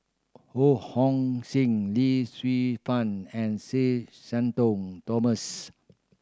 Ho Hong Sing Lee Shu Fen and Sir Shenton Thomas